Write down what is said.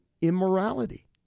immorality